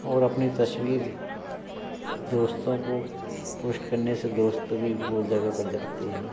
और अपनी तस्वीर दोस्तों को पोश्ट करने से दोस्त भी वह जगह पर जाते हैं